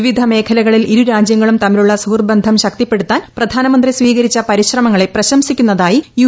വിവിധ മേഖലകളിൽ ഇരുരാജ്യങ്ങളും തമ്മിലുള്ള സുഹൃദ്ബന്ധം ശക്തിപ്പെടുത്താൻ പ്രധാനമന്ത്രി സ്വീകരിച്ച പരിശ്രമങ്ങളെ പ്രശംസിക്കുന്നതായി യു